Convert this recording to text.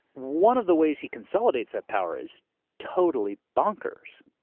one of the ways he consolidates that power is totally bonkers.